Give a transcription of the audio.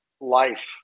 life